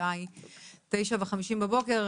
השעה 9:50 בבוקר.